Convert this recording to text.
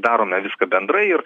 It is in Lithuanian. darome viską bendrai ir